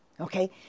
Okay